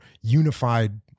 unified